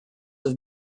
have